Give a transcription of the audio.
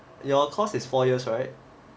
your course is four years right